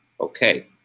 Okay